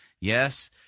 yes